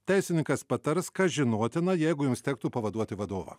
teisininkas patars kas žinotina jeigu jums tektų pavaduoti vadovą